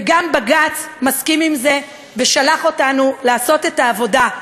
וגם בג"ץ מסכים עם זה ושלח אותנו לעשות את העבודה,